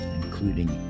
including